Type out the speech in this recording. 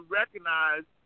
recognize